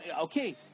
okay